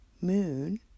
moon